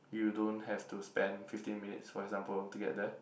you don't have to spend fifteen minutes for example to get there